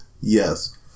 Yes